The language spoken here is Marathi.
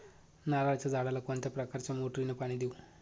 नारळाच्या झाडाला कोणत्या प्रकारच्या मोटारीने पाणी देऊ?